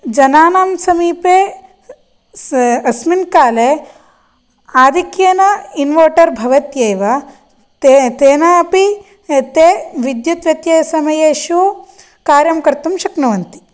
जनानां समीपे स अस्मिन् काले आधिक्येन इन्वर्टर् भवत्येव ते तेनापि ते विद्युत् व्यत्यय समयेषु कार्यं कर्तुं शक्नुवन्ति